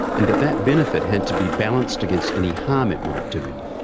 and that that benefit had to be balanced against any harm it might do him.